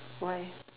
why